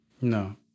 No